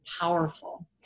powerful